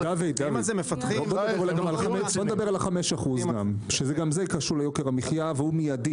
נדבר על ה-5% שגם זה קשור ליוקר המחיה והוא מיידי.